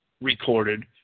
recorded